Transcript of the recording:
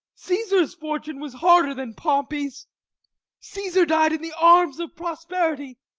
caesar's fortune was harder than pompey's caesar died in the arms of prosperity,